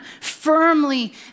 firmly